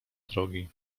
drogi